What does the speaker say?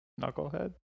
knucklehead